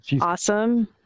awesome